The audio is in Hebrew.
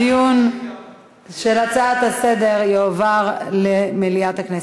הדיון בהצעה לסדר-היום יועבר למליאת הכנסת.